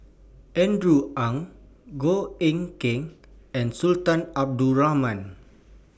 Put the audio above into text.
Andrew Ang Goh Eck Kheng and Sultan Abdul Rahman